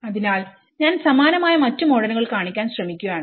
അതിനാൽ ഞാൻ സമാനമായ മറ്റു മോഡലുകൾ കാണിക്കാൻ ശ്രമിക്കുകയാണ്